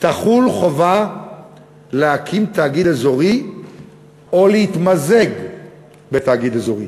תחול חובה להקים תאגיד אזורי או להתמזג בתאגיד אזורי.